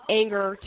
anger